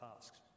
tasks